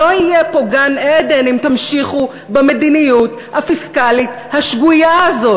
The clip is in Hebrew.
לא יהיה פה גן-עדן אם תמשיכו במדיניות הפיסקלית השגויה הזאת.